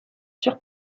sur